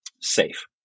safe